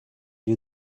you